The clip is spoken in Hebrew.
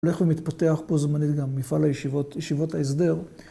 ‫הולך ומתפתח פה זמנית ‫גם מפעל הישיבות ההסדר